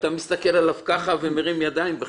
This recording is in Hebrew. אתה מסתכל עליו ומרים ידיים.